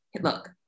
look